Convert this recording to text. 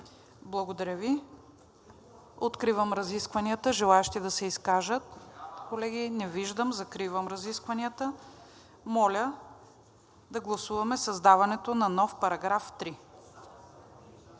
Благодаря Ви. Откривам разискванията. Желаещи да се изкажат? Колеги, не виждам. Закривам разискванията. Моля да гласуваме създаването на нов § 3